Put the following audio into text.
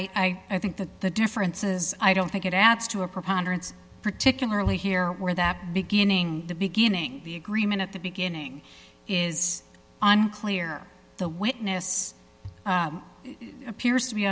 r i i think that the differences i don't think it adds to a preponderance particularly here where that beginning the beginning of the agreement at the beginning is unclear the witness appears to be